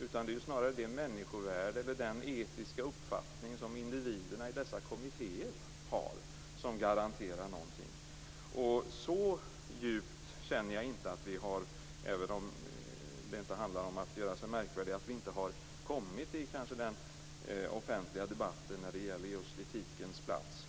utan det är snarare det människovärde, den etiska uppfattning som individerna i dessa kommittéer har som garanterar någonting. Så djupt känner jag inte att vi har, även om det inte handlar om att göra sig märkvärdig, kommit i den offentliga debatten när det gäller etikens plats.